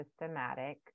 systematic